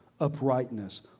uprightness